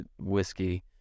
whiskey